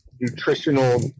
nutritional